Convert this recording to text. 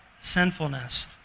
sinfulness